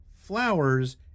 Flowers